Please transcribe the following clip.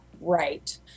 right